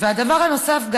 והדבר הנוסף,